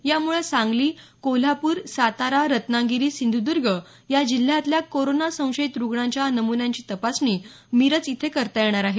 यामुळे सांगली कोल्हापूर सातारा रत्नागिरी सिंधुद्ग या जिल्ह्यातल्या कोरोना संशयित रुग्णांच्या नमुन्यांची तपासणी मिरज इथं करता येणार आहे